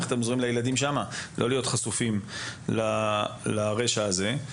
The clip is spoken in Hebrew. ואיך אתם עוזרים לילדים שם לא להיות חשופים לרשע הזה?